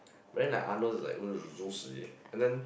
but then Arnold's is like !woo! juicy and then